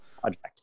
project